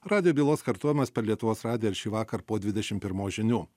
radijo bylos kartojamas per lietuvos radiją ir šįvakar po dvidešim pirmos žinių